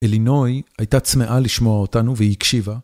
אלינוי הייתה צמאה לשמוע אותנו והיא הקשיבה.